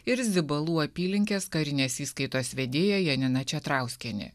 ir zibalų apylinkės karinės įskaitos vedėja janina četrauskienė